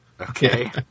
Okay